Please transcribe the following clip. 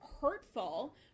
hurtful